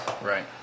Right